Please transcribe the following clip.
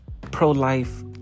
pro-life